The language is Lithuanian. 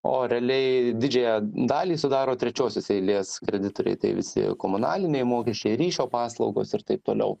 o realiai didžiąją dalį sudaro trečiosios eilės kreditoriai tai visi komunaliniai mokesčiai ryšio paslaugos ir taip toliau